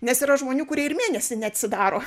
nes yra žmonių kurie ir mėnesį neatsidaro